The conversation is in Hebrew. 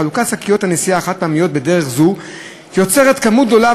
חלוקת שקיות הנשיאה החד-פעמיות בדרך זו יוצרת כמות גדולה